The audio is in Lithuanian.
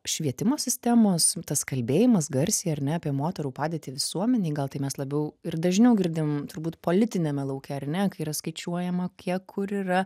švietimo sistemos tas kalbėjimas garsiai ar ne apie moterų padėtį visuomenėje gal tai mes labiau ir dažniau girdim turbūt politiniame lauke ar ne kai yra skaičiuojama kiek kur yra